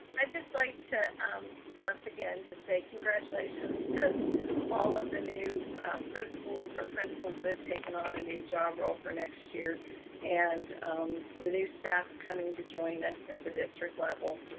i just like to um once again, just say congratulations to all of the new principals or principals that have taken on a new job role for next year and the new staff coming to join us at the district level.